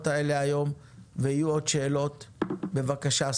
שר החקלאות, בבקשה.